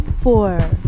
four